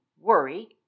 worry